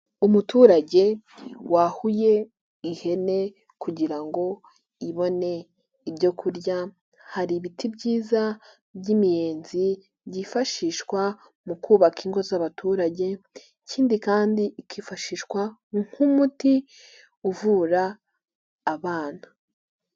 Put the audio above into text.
Umuturage wahuye ihene kugira ngo ibone ibyo kurya, hari ibiti byiza by'imiyenzi byifashishwa mu kubaka ingo z'abaturage ,ikindi kandi ikifashishwa nk'umuti uvura abana.